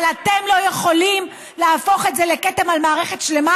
אבל אתם לא יכולים להפוך את זה לכתם על מערכת שלמה